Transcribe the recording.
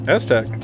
Aztec